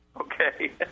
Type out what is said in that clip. Okay